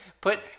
Put